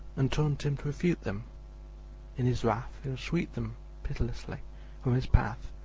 and taunt him to refute them in his wrath he'll sweep them pitilessly from his path.